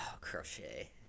Crochet